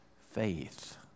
faith